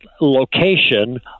location